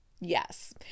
Yes